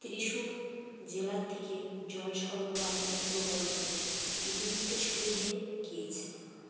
ত্রিশুর জেলার দিকে জল সরবরাহ প্রকল্প ইতিমধ্যে শুরু হয়ে গিয়েছে